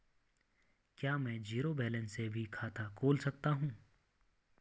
क्या में zero balance से भी खाता खोल सकता हूँ?